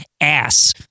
ass